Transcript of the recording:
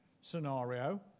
scenario